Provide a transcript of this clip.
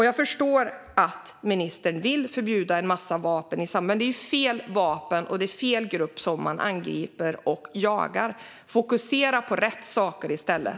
Jag förstår att ministern vill förbjuda en massa vapen i samhället, men det är fel vapen och fel grupp som man angriper och jagar. Fokusera på rätt saker i stället!